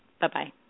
Bye-bye